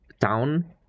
town